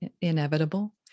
inevitable